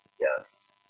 Yes